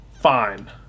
Fine